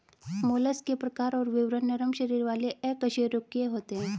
mollusc के प्रकार और विवरण नरम शरीर वाले अकशेरूकीय होते हैं